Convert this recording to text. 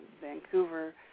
Vancouver